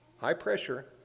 high-pressure